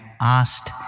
asked